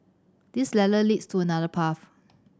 this ladder leads to another path